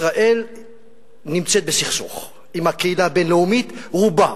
ישראל נמצאת בסכסוך עם הקהילה הבין-לאומית, רובה.